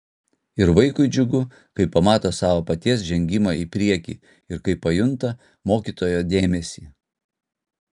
ir vaikui džiugu kai pamato savo paties žengimą į priekį ir kai pajunta mokytojo dėmesį